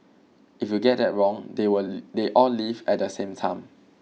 if you get that wrong they will they all leave at the same time